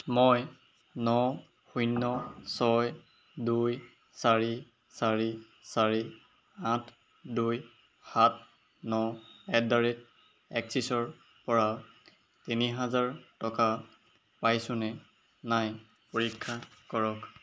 মই ন শূন্য ছয় দুই চাৰি চাৰি চাৰি আঠ দুই সাত ন এট দ্যা ৰেট এক্সিচৰপৰা তিনি হাজাৰ টকা পাইছোনে নাই পৰীক্ষা কৰক